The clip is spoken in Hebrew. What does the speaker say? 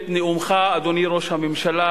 אדוני ראש הממשלה,